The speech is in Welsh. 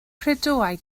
credoau